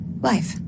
Life